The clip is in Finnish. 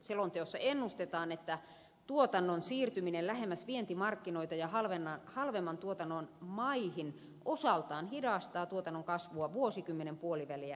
selonteossa ennustetaan että tuotannon siirtyminen lähemmäs vientimarkkinoita ja halvemman tuotannon maihin osaltaan hidastaa tuotannon kasvua vuosikymmenen puoliväliä lähestyttäessä